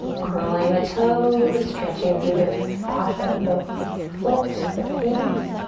curling the toes, stretching through the fascia of the foot, the feet.